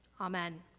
Amen